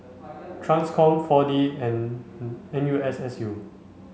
TRANSCOM four D and N U S S U